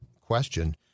question